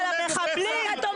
כן,